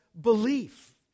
belief